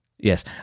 Yes